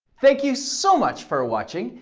thank you so much for watching.